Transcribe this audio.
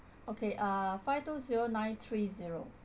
okay uh five two zero nine three zero